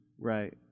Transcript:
Right